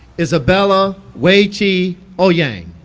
isabella wei-chi ouyang